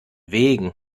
wegen